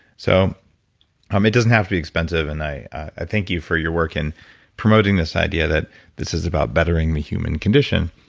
so um it doesn't have to be expensive and i i thank you for your work in promoting this idea that this is about bettering the human condition.